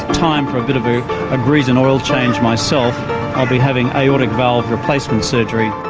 time for a bit of a a grease and oil change myself i'll be having aortic valve replacement surgery.